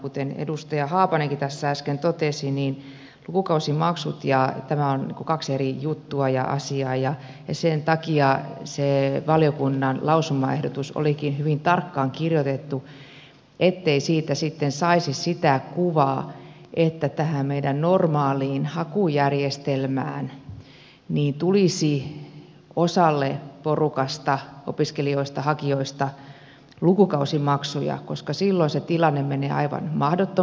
kuten edustaja haapanenkin tässä äsken totesi niin lukukausimaksut ja tämä ovat kaksi eri juttua ja asiaa ja sen takia se valiokunnan lausumaehdotus olikin hyvin tarkkaan kirjoitettu ettei siitä sitten saisi sitä kuvaa että tähän meidän normaaliin hakujärjestelmään tulisi osalle porukasta opiskelijoista hakijoista lukukausimaksuja koska silloin se tilanne menee aivan mahdottomaksi